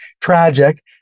Tragic